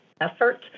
effort